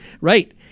Right